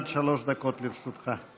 עד שלוש דקות לרשותך.